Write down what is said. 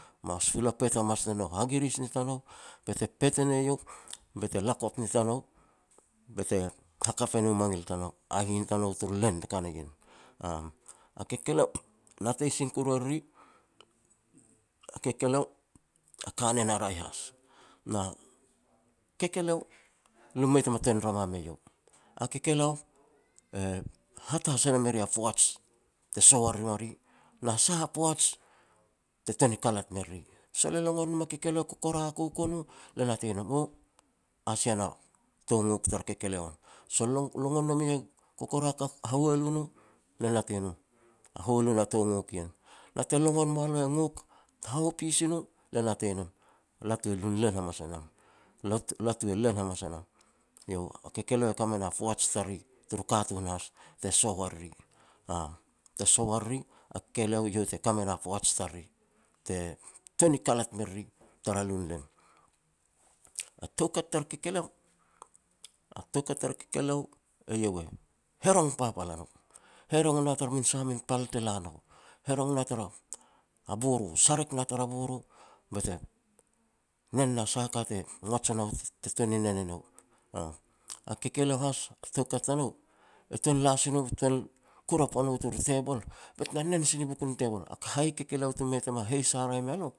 mas hula pet hamas ne nou, ha giris ni tanou bete pet e ne eiau bete lakop ni tanou, bete hakap e no mangil tanou tara hihin tanou turu len te ka na ien. A-a kekeleo natei sin kuru e riri. A kekeleo a kanen a raeh has na kekeleo lom mei ta ma tuan rama me eiau. A kekeleo hat has e rim eri a poaj te soh warim a ri, na sah a poaj te tuan ni kalat me riri. Sol lo longon nom a kekeleo e kokorakook o no le natei nom, o asia na tou ngok tara kekeleo. Sol -lo longon nom eiau kokorakook ha-hahualu no, le natei nom hahualo na tou ngok ien, na te longon moa lo e ngok hahopis i no, le natei nom latu e lunlen hamas a nam. Latu-latu e len hamas a nam, eiau a kekeleo ka me na poaj tariri, turu katun has to soh war riri te soh wa riri a kekeleo eiau te ka me na poaj tariri te tuan ni kalat me riri tara lunlen. A toukat tara kekeleo, a toukat tar kekeleo, eiau e herong papal a no, herong o na tara sah min pal te la wa nou, herong na tara a boro, sarek na tara boro, bete nen na sah a ka te ngots e nou te tuan ni nen e nou a kekeleo has a toukat tanou e tuan la no bete kurap ua no turu tebol, bet na nen sina i bakun u tebol. Hai kekeleo tumu mei tama heis haraeh mea lo.